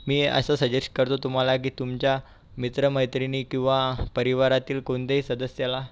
मी असं सजेशं करतो तुम्हाला की तुमच्या मित्रमैत्रिणी किंवा परिवारातील कोणत्याही सदस्याला